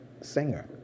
singer